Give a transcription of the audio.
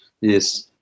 Yes